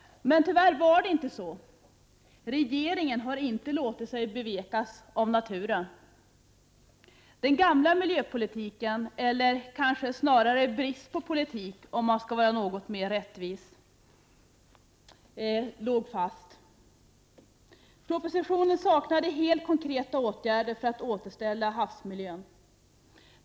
Tyvärr förhöll det sig inte så. Regeringen har inte låtit sig bevekas av naturen. Den gamla miljöpolitiken — eller kanske snarare brist på politik, om man skall vara något mer rättvis — låg fast. Propositionen saknade helt förslag till konkreta åtgärder för att göra det möjligt att återställa havsmiljön.